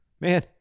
Man